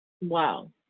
Wow